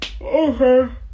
Okay